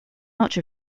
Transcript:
much